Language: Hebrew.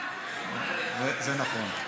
זה נכון.